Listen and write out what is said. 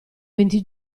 venti